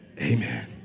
amen